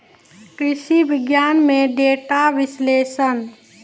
कृषि विज्ञान में डेटा विश्लेषण